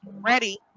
ready